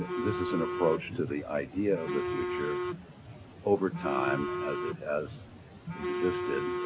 this is an approach to the idea of the future over time as it, as existed.